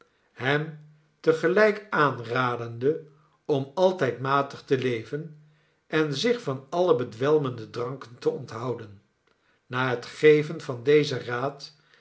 hem te gelijk aanradende om altijd matig te leven en zich van alle bedwelmende dranken te onthouden na het geven van dezen raad